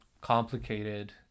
complicated